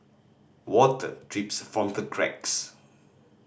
water drips from the cracks